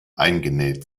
eingenäht